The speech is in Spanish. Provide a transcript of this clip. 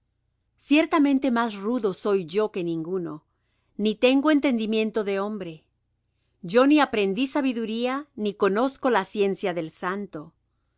ciertamente más rudo soy yo que ninguno ni tengo entendimiento de hombre yo ni aprendí sabiduría ni conozco la ciencia del santo